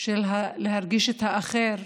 של להרגיש את האחר,